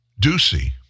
Ducey